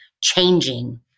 changing